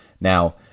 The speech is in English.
Now